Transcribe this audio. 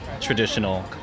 traditional